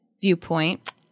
viewpoint